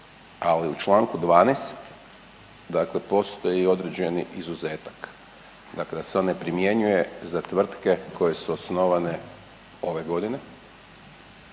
ali u čl. 12. dakle postoji određeni izuzetak, dakle da se on ne primjenjuje za tvrtke koje su osnovane ove godine,